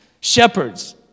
shepherds